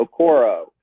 Okoro